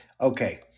Okay